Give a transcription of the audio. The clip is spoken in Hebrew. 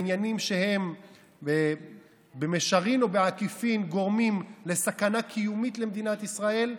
בעניינים שבמישרין או בעקיפין גורמים לסכנה קיומית למדינת ישראל.